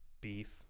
beef